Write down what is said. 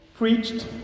preached